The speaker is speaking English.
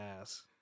ass